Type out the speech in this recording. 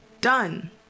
done